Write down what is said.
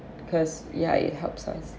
cause ya it helps some